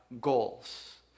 goals